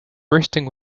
bursting